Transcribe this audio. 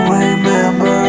remember